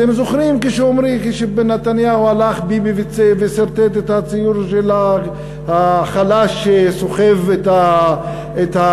אתם זוכרים שנתניהו הלך וסרטט את הציור של החלש שסוחב את השמן,